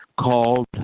called